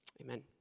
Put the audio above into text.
Amen